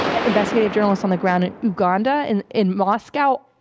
investigative journalists on the ground in uganda and in moscow.